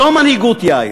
זו מנהיגות, יאיר.